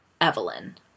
Evelyn